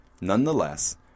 Nonetheless